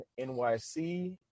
NYC